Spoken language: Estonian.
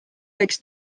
võiks